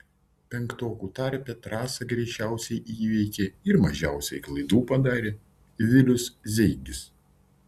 penktokų tarpe trasą greičiausiai įveikė ir mažiausiai klaidų padarė vilius zeigis